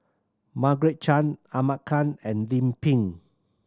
Margaret Chan Ahmad Khan and Lim Pin